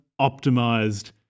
optimized